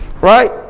right